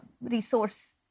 resource